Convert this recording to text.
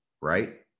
right